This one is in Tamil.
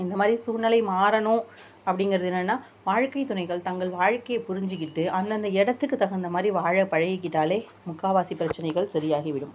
இந்த மாதிரி சூழ்நிலை மாறணும் அப்படிங்கிறது என்னென்னா வாழ்க்கை துணைகள் தங்கள் வாழ்க்கையை புரிஞ்சுக்கிட்டு அந்தெந்த இடத்துக்கு தகுந்த மாதிரி வாழ பழகிக்கிட்டாலே முக்கால்வாசி பிரச்சினைகள் சரியாகிவிடும்